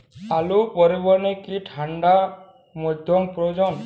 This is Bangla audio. আলু পরিবহনে কি ঠাণ্ডা মাধ্যম প্রয়োজন?